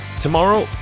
Tomorrow